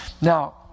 Now